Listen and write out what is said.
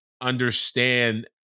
understand